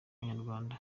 abanyarwanda